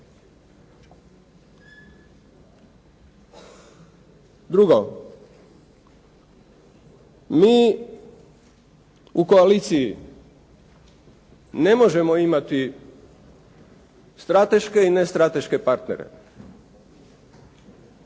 Drugo, mi u koaliciji ne možemo imati strateške i nestrateške partnere.